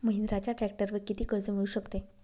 महिंद्राच्या ट्रॅक्टरवर किती कर्ज मिळू शकते?